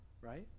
right